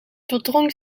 verdrong